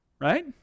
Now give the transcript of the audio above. right